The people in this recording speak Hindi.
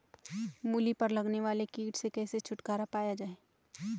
मूली पर लगने वाले कीट से कैसे छुटकारा पाया जाये?